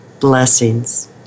Blessings